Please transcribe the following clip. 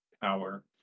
power